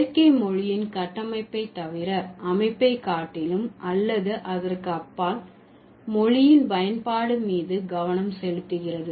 இயற்கை மொழியின் கட்டமைப்பை தவிர அமைப்பை காட்டிலும் அல்லது அதற்கு அப்பால் மொழியின் பயன்பாடு மீது கவனம் செலுத்துகிறது